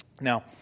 Now